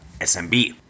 SMB